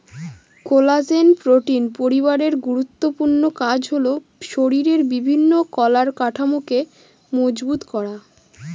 collagen protein পরিবারের গুরুত্বপূর্ণ কাজ হল শরীরের বিভিন্ন কলার কাঠামোকে মজবুত করা